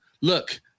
look